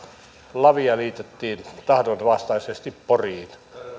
lavia liitettiin tahdonvastaisesti poriin